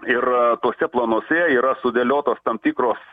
ir tuose planuose yra sudėliotos tam tikros